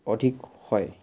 অধিক হয়